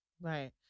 right